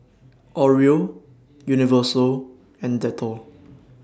Oreo Universal and Dettol